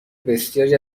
بسیاری